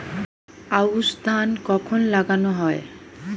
আউশ ধান কখন লাগানো হয়?